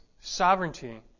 sovereignty